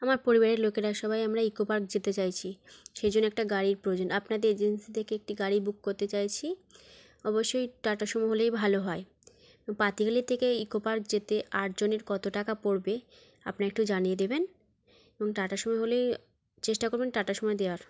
আমার পরিবারের লোকেরা সবাই আমরা ইকোপার্ক যেতে চাইছি সেই জন্য একটা গাড়ির প্রয়োজন আপনাদের জিনিস দেখে একটি গাড়ি বুক করতে চাইছি অবশ্যই টাটা সুমো হলেই ভালো হয় পাতিয়ালি থেকে ইকোপার্ক যেতে আট জনের কত টাকা পড়বে আপনি একটু জানিয়ে দেবেন এবং টাটা সুমো হলেই চেষ্টা করবেন টাটা সুমো দেয়ার